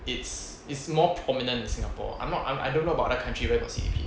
it's it's is more prominent in singapore I'm not I'm I don't know about the country where got C_D_P